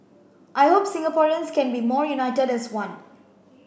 I hope Singaporeans can be more united as one